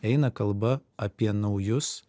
eina kalba apie naujus